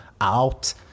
out